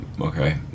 okay